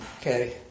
Okay